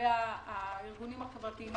ולגבי הארגונים החברתיים,